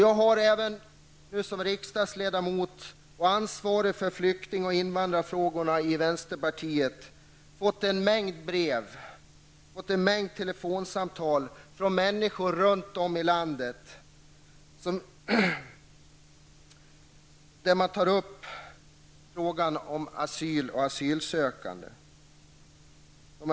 Jag har som riksdagsledamot och ansvarig för flykting och invandrarfrågor i vänsterpartiet fått en mängd brev och telefonsamtal från människor runt om i landet som arbetar med flyktingfrågor, där de tar upp frågor om asyl och asylsökande.